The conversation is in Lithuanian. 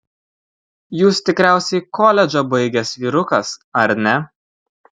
jūs tikriausiai koledžą baigęs vyrukas ar ne